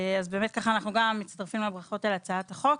אנו מצטרפים לברכות על הצעת החוק.